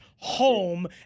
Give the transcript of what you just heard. Home